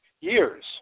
years